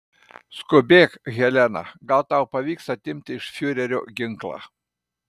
skubėk helena gal tau pavyks atimti iš fiurerio ginklą